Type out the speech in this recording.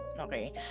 Okay